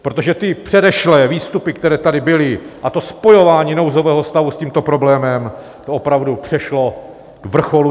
Protože ty předešlé výstupy, které tady byly, a spojování nouzového stavu s tímto problémem opravdu došlo vrcholu.